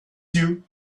you